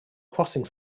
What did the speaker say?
crossing